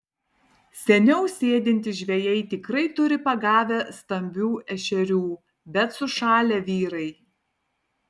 seniau sėdintys žvejai tikrai turi pagavę stambių ešerių bet sušalę vyrai